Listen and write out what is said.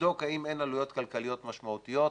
לבדוק האם אין עלויות כלכליות משמעותיות,